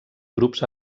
grups